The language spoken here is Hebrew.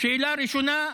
השאלה הראשונה,